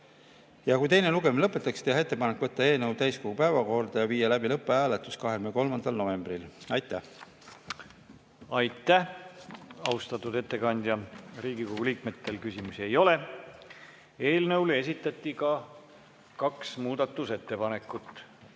ja kui teine lugemine lõpetatakse, teha ettepanek võtta eelnõu täiskogu päevakorda ja viia läbi lõpphääletus 23. novembril. Aitäh! Aitäh, austatud ettekandja! Riigikogu liikmetel küsimusi ei ole. Eelnõu kohta esitati kaks muudatusettepanekut.